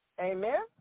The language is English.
Amen